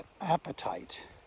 appetite